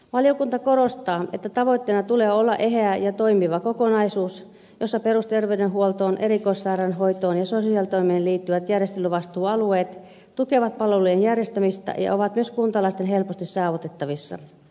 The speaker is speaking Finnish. valiokunta korostaa että tavoitteena tulee olla eheä ja toimiva kokonaisuus jossa perusterveydenhuoltoon erikoissairaanhoitoon ja sosiaalitoimeen liittyvät järjestelyvastuualueet tukevat palveluiden järjestämistä ja ovat myös kuntalaisten helposti saavutettavissa